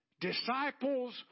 disciples